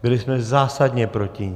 Byli jsme zásadně proti ní.